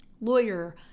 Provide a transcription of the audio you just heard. lawyer